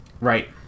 right